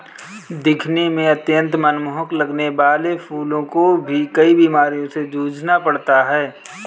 दिखने में अत्यंत मनमोहक लगने वाले फूलों को भी कई बीमारियों से जूझना पड़ता है